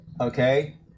okay